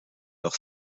leur